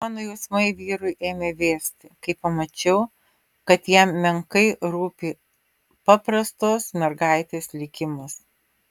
mano jausmai vyrui ėmė vėsti kai pamačiau kad jam menkai rūpi paprastos mergaitės likimas